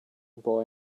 boy